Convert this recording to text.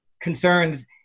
concerns